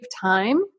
time